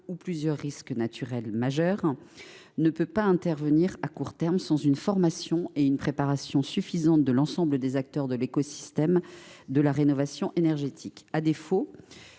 ou plusieurs risques naturels majeurs ne saurait intervenir à court terme sans une formation et une préparation suffisantes de l’ensemble des acteurs de l’écosystème de la rénovation énergétique. À défaut,